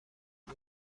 این